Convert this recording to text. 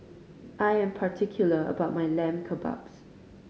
I am particular about my Lamb Kebabs